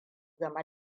game